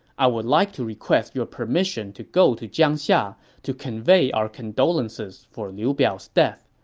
i would like to request your permission to go to jiangxia to convey our condolences for liu biao's death.